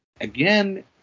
Again